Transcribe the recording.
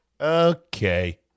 Okay